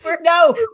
No